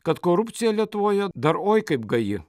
kad korupcija lietuvoje dar oi kaip gaji